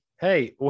Hey